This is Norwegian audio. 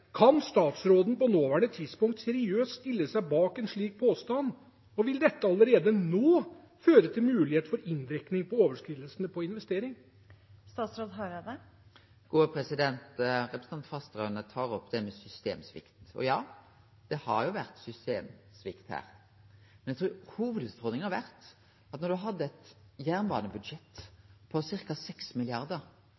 Kan statsråden på nåværende tidspunkt seriøst stille seg bak en slik påstand, og vil dette allerede nå føre til mulighet for inndekning av overskridelsene på investering? Representanten Fasteraune tar opp dette med systemsvikt. Og ja, det har vore systemsvikt her. Men eg trur hovudutfordringa har vore at da ein hadde eit jernbanebudsjett